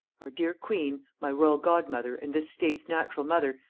our dear queen, my royal godmother and this state's natural mother,